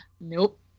nope